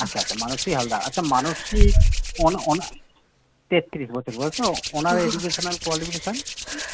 আচ্ছা আচ্ছা মানসী হালদার আচ্ছা মানসী তেত্রিশ বছর বয়স তো ওঁর এডুকেশনাল কোয়ালিফিকেশান